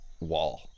wall